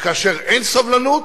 כאשר אין סובלנות,